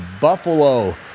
Buffalo